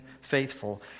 faithful